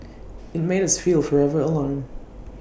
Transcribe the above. IT made us feel forever alone